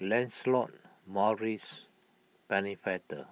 Lancelot Maurice Pennefather